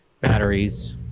batteries